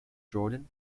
jordan